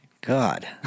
God